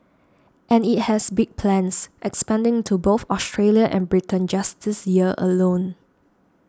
and it has big plans expanding to both Australia and Britain just this year alone